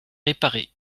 réparée